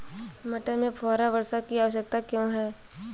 मटर में फुहारा वर्षा की आवश्यकता क्यो है?